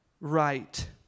right